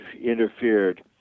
interfered